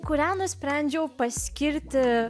kurią nusprendžiau paskirti